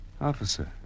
Officer